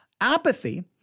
Apathy